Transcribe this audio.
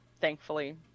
thankfully